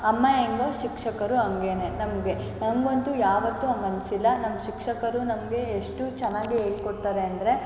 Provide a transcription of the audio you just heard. ಅಮ್ಮ ಹೇಗೊ ಶಿಕ್ಷಕರು ಹಾಗೆನೇ ನಮಗೆ ನಂಗೆ ಅಂತೂ ಯಾವತ್ತು ಹಾಗ್ ಅನಿಸಿಲ್ಲ ನಮ್ಮ ಶಿಕ್ಷಕರು ನಮಗೆ ಎಷ್ಟು ಚೆನ್ನಾಗಿ ಹೇಳ್ಕೊಡ್ತಾರೆ ಅಂದರೆ